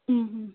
മ്മ് മ്മ്